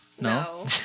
No